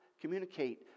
communicate